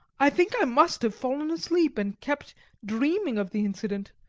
i think i must have fallen asleep and kept dreaming of the incident,